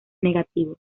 negativo